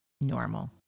normal